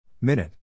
Minute